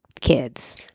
kids